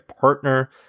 partner